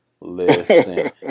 Listen